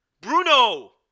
Bruno